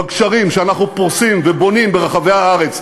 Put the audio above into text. בגשרים שאנחנו פורסים ובונים ברחבי הארץ,